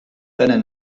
brennen